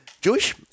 Jewish